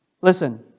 Listen